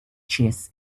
chess